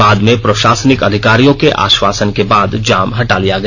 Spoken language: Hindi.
बाद में प्रषासनिक अधिकारियों के आष्वासन के बाद जाम हटा लिया गया